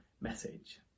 message